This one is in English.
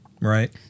right